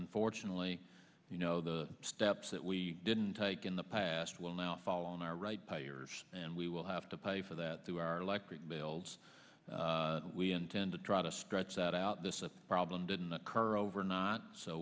unfortunately you know the steps that we didn't take in the past will now fall on our right payers and we will have to pay for that through our electric bills we intend to try to stretch that out this problem didn't occur over not